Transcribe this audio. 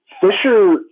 Fisher